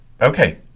okay